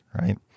right